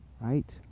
right